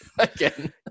again